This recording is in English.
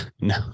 No